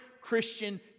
Christian